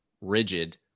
rigid